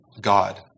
God